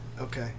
Okay